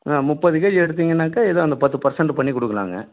ஆ முப்பது கேஜி எடுத்திங்கனாக்கா ஏதோ அந்த பத்து பர்சன்ட் பண்ணி கொடுக்கலாங்க